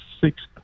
sixth